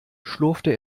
schlurfte